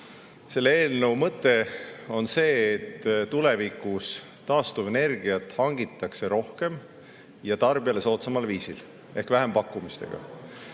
Selle eelnõu mõte on see, et tulevikus hangitakse taastuvenergiat rohkem ja tarbijale soodsamal viisil ehk vähempakkumistega.